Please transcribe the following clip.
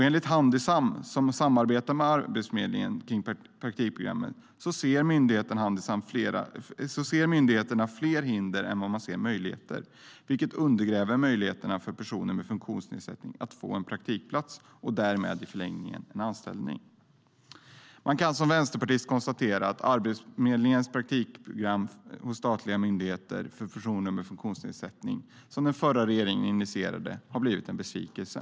Enligt Handisam, som samarbetar med Arbetsförmedlingen kring praktikprogrammet, ser myndigheterna fler hinder än möjligheter, vilket undergräver möjligheterna för personer med funktionsnedsättning att få en praktikplats och därmed i förlängningen en anställning. Man kan som vänsterpartist konstatera att Arbetsförmedlingens praktikprogram hos statliga myndigheter för personer med funktionsnedsättning, som den förra regeringen initierade, har blivit en besvikelse.